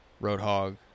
Roadhog